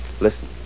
Listen